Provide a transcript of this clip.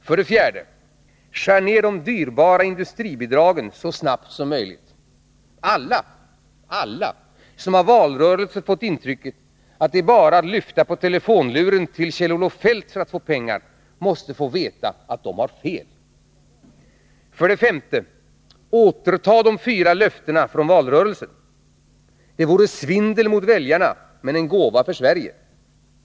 För det fjärde: Skär ner de dyrbara industribidragen så snabbt som möjligt! Alla som av valrörelsen fått intrycket att det bara är att lyfta på telefonluren till Kjell-Olof Feldt för att få pengar måste få veta att de har fel. För det femte: Återta de fyra löftena från valrörelsen! Det vore svindel mot väljarna, men en gåva för Sverige.